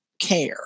care